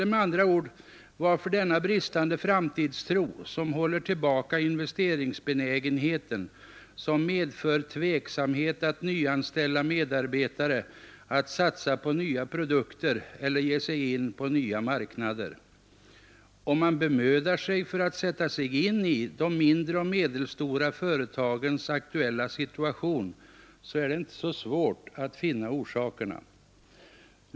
Med andra ord: Varför denna bristande framtidstro, som håller tillbaka investeringsbenägenheten, som medför tveksamhet att nyanställa medarbetare, att satsa på nya produkter eller ge sig in på nya marknader? Om man bemödar sig att sätta sig in i de mindre och medelstora företagens aktuella situation, är det inte så svårt att finna orsakerna.